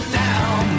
down